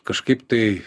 kažkaip tai